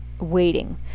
waiting